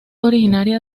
originaria